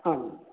आम्